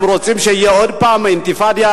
הם רוצים שתהיה עוד פעם אינתיפאדה,